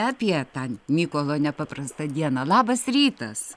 apie tą mykolo nepaprastą dieną labas rytas